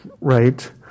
right